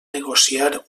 negociar